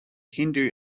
hindu